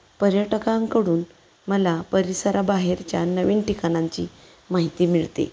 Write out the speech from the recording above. पर्यटकांकडून मला परिसराबाहेरच्या नवीन ठिकाणांची माहिती मिळते